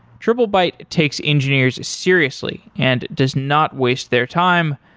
triplebyte takes engineers seriously and does not waste their time,